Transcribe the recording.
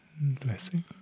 Blessing